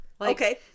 okay